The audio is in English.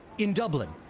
in dublin.